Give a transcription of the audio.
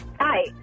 Hi